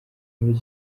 muri